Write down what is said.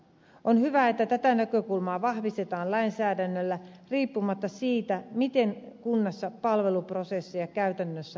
on hyvä että tätä näkökulmaa vahvistetaan lainsäädännöllä riippumatta siitä miten kunnassa palveluprosessia käytännössä hallinnoidaan